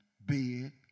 bed